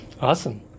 Awesome